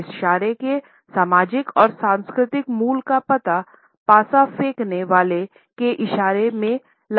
इस इशारे के सामाजिक और सांस्कृतिक मूल का पता पासा फेंकने वाले के इशारों में लगा सकते है